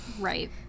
Right